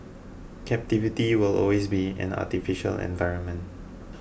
captivity will always be an artificial environment